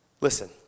Listen